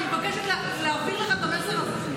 אני מבקשת להעביר לך את המסר הזה,